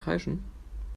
kreischen